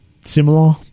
similar